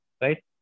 right